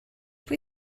pwy